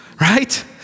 Right